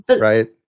Right